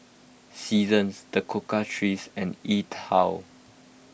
Seasons the Cocoa Trees and E twow